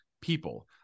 people